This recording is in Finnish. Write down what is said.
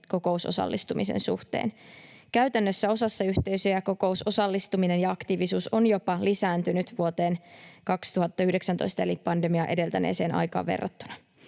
kokousosallistumisen suhteen. Käytännössä osassa yhteisöjä kokousosallistuminen ja -aktiivisuus ovat jopa lisääntyneet vuoteen 2019 eli pandemiaa edeltäneeseen aikaan verrattuna.